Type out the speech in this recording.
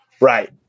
Right